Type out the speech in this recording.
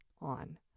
on